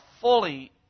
fully